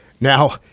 Now